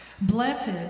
Blessed